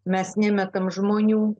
mes nemetam žmonių